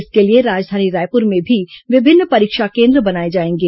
इसके लिए राजधानी रायपुर में भी विभिन्न परीक्षा केन्द्र बनाए जाएंगे